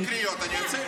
לא הייתה קריאה שלישית.